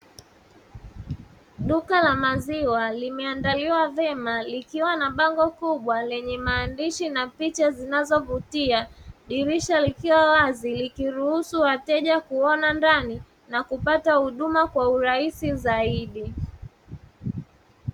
Duka la maziwa limeandaliwa vyema likiwa na bango kubwa lenye maandishi na picha zinazovutia, dirisha likiwa wazi likiruhusu wateja kuona ndani na kupata huduma kwa urahisi zaidi.